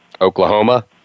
Oklahoma